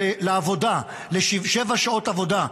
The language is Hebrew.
לעבודה, לשבע שעות עבודה.